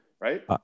Right